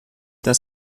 der